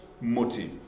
motive